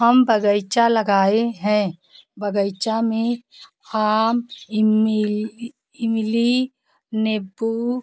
हम बगीचा लगाए हैं बगीचा में आम इमली नीबू